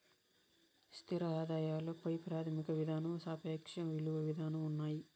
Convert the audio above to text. స్థిర ఆదాయాల పై ప్రాథమిక విధానం సాపేక్ష ఇలువ విధానం ఉన్నాయి